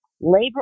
labor